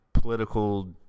Political